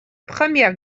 première